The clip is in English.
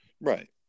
Right